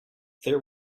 there